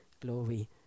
glory